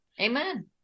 Amen